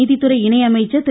நீதித்துறை இணையமைச்சர் திரு